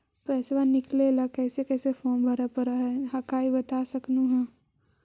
पैसा निकले ला कैसे कैसे फॉर्मा भरे परो हकाई बता सकनुह?